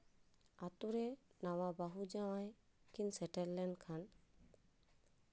ᱟᱹᱛᱩ ᱨᱮ ᱱᱟᱣᱟ ᱵᱟᱹᱦᱩ ᱡᱟᱣᱟᱭ ᱠᱤᱱ ᱥᱮᱴᱮᱨ ᱞᱮᱱᱠᱷᱟᱱ